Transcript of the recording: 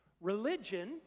religion